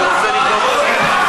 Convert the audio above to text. אני רוצה לבדוק.